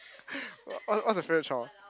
what what's your favourite chore